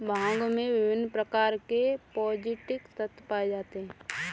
भांग में विभिन्न प्रकार के पौस्टिक तत्त्व पाए जाते हैं